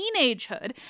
teenagehood